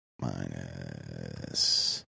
Minus